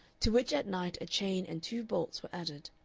to which at night a chain and two bolts were added.